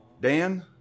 Dan